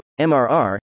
MRR